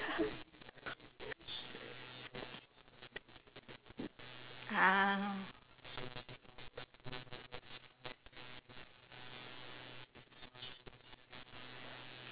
ah